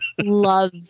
love